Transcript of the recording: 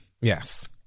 Yes